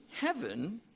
heaven